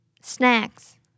Snacks